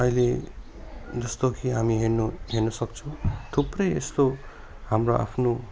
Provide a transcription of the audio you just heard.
अहिले जस्तो कि हामी हेर्नु हेर्नु सक्छु थुप्रै यस्तो हाम्रो आफ्नो